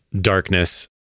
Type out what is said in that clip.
darkness